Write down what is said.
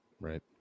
Right